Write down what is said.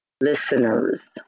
listeners